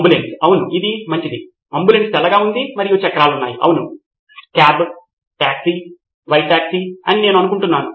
ambulance అవును అది మంచిది అంబులెన్స్ తెల్లగా ఉంది మరియు చక్రాలు ఉన్నాయి అవును క్యాబ్ టాక్సీ వైట్ టాక్సీ అని నేను అనుకుంటాను